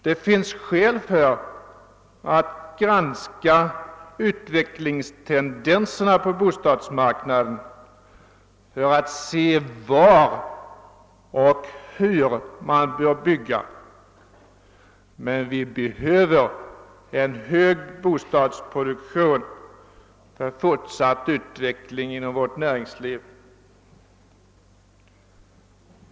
Det finns skäl att granska utvecklingstendenserna på bostadsmarknaden för att se var och hur man bör bygga. Men vi behöver en hög bostadsproduktion för fortsatt utveckling av vårt näringsliv.